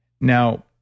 Now